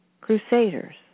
crusaders